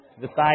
Decide